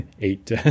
eight